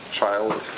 child